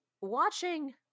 Watching